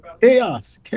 Chaos